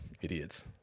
Idiots